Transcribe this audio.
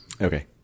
Okay